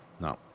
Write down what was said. no